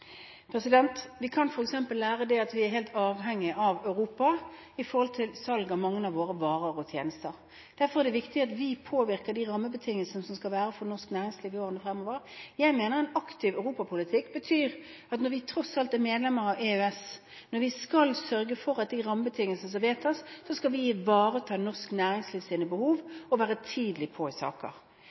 Vi kan f.eks. lære at vi er helt avhengig av Europa når det gjelder salg av mange av våre varer og tjenester. Derfor er det viktig at vi påvirker de rammebetingelsene som skal være for norsk næringsliv i årene fremover. Jeg mener en aktiv europapolitikk betyr at når vi tross alt er medlem av EØS, når vi skal sørge for de rammebetingelsene som vedtas, skal vi ivareta norsk næringslivs behov og være tidlig på i